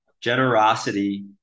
generosity